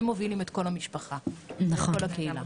הם מובילים את כל המשפחה ואת כל הקהילה.